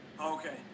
Okay